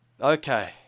Okay